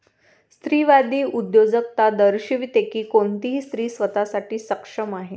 स्त्रीवादी उद्योजकता दर्शविते की कोणतीही स्त्री स्वतः साठी सक्षम आहे